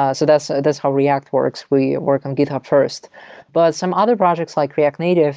ah so that's so that's how react works we work on github first but some other projects like react native,